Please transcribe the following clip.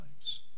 lives